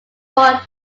more